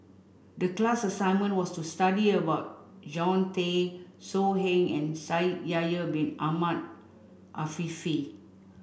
the class assignment was to study about Jean Tay So Heng and Shaikh Yahya bin Ahmed Afifi